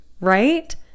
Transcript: Right